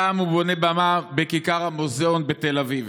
הפעם הוא בונה במה בכיכר המוזיאון בתל אביב.